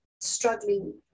struggling